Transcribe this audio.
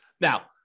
Now